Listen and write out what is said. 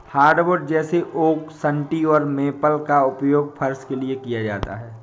hardwood जैसे oak सन्टी और मेपल का उपयोग फर्श के लिए किया जाता है